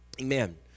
Amen